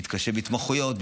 מתקשה בהתמחויות,